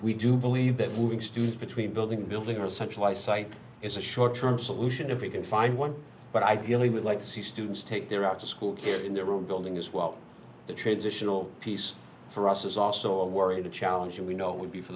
we do believe that students between building and building are essential eyesight is a short term solution if we can find one but ideally we'd like to see students take their out to school in their own building as well the traditional piece for us is also a worry to challenge and we know it would be for